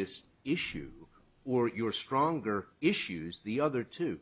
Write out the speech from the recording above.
this issue or your stronger issues the other two